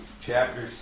chapter